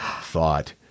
thought